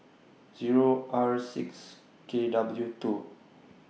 Zero R six K W two